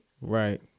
Right